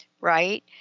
right